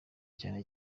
cyane